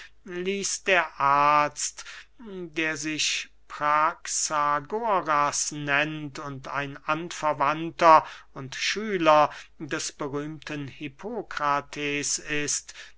der arzt der sich praxagoras nennt und ein anverwandter und schüler des berühmten hippokrates ist